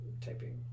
typing